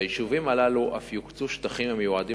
ביישובים הללו אף יוקצו שטחים המיועדים